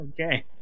okay